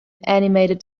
animated